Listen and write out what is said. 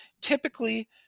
Typically